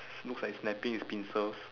it's looks like it's snapping its pincers